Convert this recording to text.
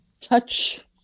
touch